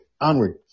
onward